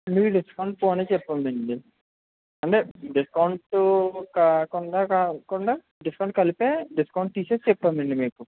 ఫుల్లుగా డిస్కౌంట్ పోను చెప్తామండి అంటే డిస్కౌంటు కాకుండా కాకుండా డిస్కౌంట్ కలిపే డిస్కౌంట్ తీసేసి చెప్పామండి మీకు